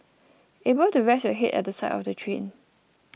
able to rest your head at the side of the train